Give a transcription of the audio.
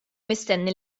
mistenni